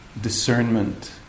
discernment